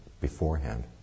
beforehand